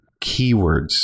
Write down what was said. keywords